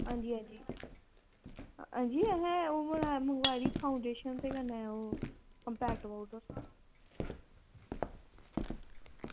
आं जी आं जी ते असें मंगवाई दी ही फाऊंडेशन ते कन्नै पैक ओ